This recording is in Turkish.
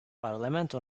parlamento